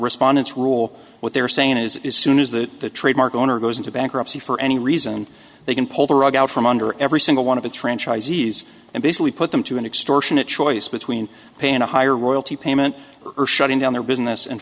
respondants rule what they're saying is as soon as that the trademark owner goes into bankruptcy for any reason they can pull the rug out from under every single one of its franchisees and basically put them to an extortion a choice between paying a higher royalty payment or shutting down their business and